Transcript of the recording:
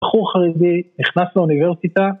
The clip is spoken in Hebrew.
בחור חרדי נכנס לאוניברסיטה